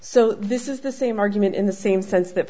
so this is the same argument in the same sense that